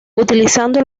utilizando